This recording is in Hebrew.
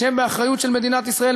שהם באחריות של מדינת ישראל,